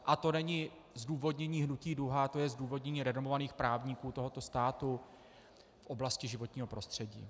A to není zdůvodnění Hnutí Duha, to je zdůvodnění renomovaných právníků tohoto státu v oblasti životního prostřední.